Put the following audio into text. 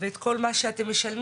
ואת כל מה שאתם משלמים,